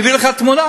אני אביא לך תמונה.